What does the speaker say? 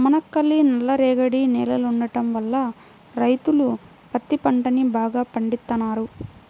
మనకల్లి నల్లరేగడి నేలలుండటం వల్ల రైతులు పత్తి పంటని బాగా పండిత్తన్నారు